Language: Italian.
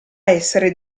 essere